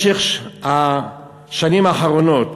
בשנים האחרונות.